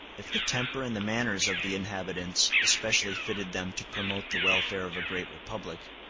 if the temper and the manners of the inhabitants especially fitted them to promote the welfare of a great republic,